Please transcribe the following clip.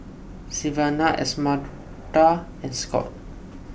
Sylvania Esmeralda and Scott